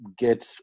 get